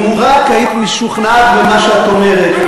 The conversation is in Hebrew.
אם רק היית משוכנעת במה שאת אומרת.